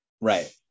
Right